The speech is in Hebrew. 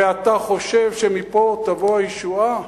ואתה חושב שמפה תבוא הישועה,